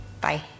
bye